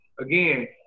again